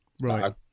Right